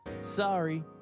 sorry